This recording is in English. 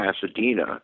Pasadena